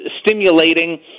stimulating